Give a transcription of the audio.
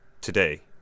today